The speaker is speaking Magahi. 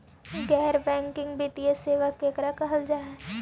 गैर बैंकिंग वित्तीय सेबा केकरा कहल जा है?